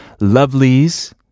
Lovelies